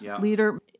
leader